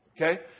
okay